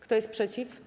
Kto jest przeciw?